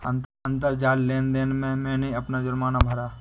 अंतरजाल लेन देन से मैंने अपना जुर्माना भरा